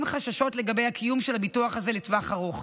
חששות לגבי הקיום של הביטוח הזה לטווח ארוך.